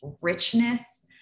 richness